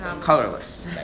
Colorless